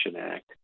Act